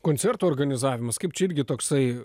koncertų organizavimas kaip čia irgi toksai